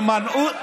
שמנעו,